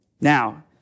Now